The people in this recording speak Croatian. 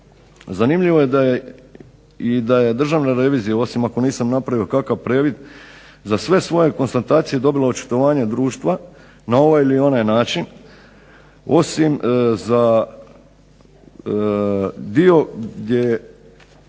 Zanimljivo je i da je Državna revizija, osim ako nisam napravio kakav previd za sve svoje konstatacije dobila očitovanje društva na ovaj ili onaj način osim za dio gdje